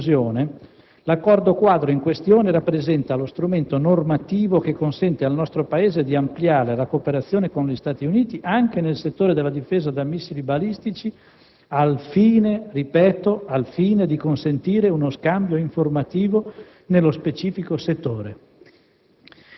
In conclusione, l'Accordo quadro in questione rappresenta lo strumento normativo che consente al nostro Paese di ampliare la cooperazione con gli Stati Uniti anche nel settore della difesa da missili balistici, al fine - ripeto - di consentire uno scambio informativo nello specifico settore,